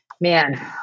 man